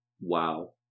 wow